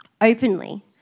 openly